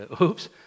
Oops